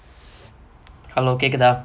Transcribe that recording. hello கேக்குதா:kekuthaa